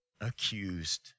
accused